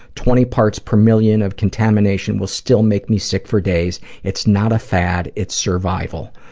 twenty parts per million of contamination will still make me sick for days. it's not a fad. it's survival.